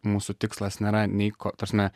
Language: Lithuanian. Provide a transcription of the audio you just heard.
mūsų tikslas nėra nei ko ta prasme